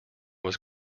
was